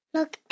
Look